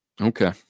Okay